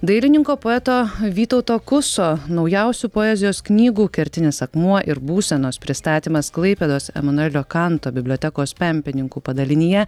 dailininko poeto vytauto kuso naujausių poezijos knygų kertinis akmuo ir būsenos pristatymas klaipėdos emanuelio kanto bibliotekos pempininkų padalinyje